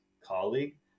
colleague